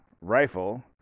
rifle